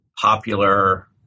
popular